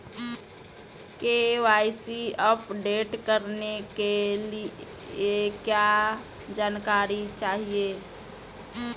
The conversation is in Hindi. के.वाई.सी अपडेट करने के लिए क्या जानकारी चाहिए?